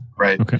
right